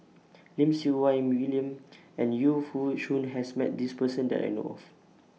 Lim Siew Wai William and Yu Foo Yee Shoon has Met This Person that I know of